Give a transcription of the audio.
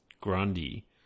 Grundy